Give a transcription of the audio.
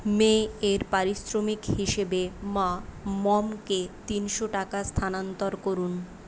মের পারিশ্রমিক হিসেবে মা মমকে তিনশো টাকা স্থানান্তর করুন